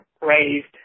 raised